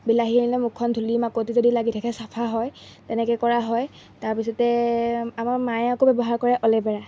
বিলাহী সানিলে মুখখন ধূলি মাকতি যদি লাগি থাকে চাফা হয় তেনেকৈ কৰা হয় তাৰপিছতে আমাৰ মায়ে আকৌ ব্যৱহাৰ কৰে অলেবেৰা